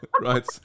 Right